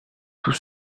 tout